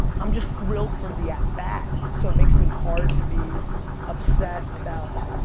i'm just thrilled for the at bat, so it makes me hard to be upset about,